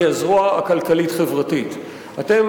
כל מי שרוצה בחיסול מדינת ישראל, תקרא לזה בשמו.